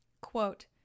Quote